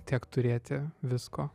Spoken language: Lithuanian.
tiek turėti visko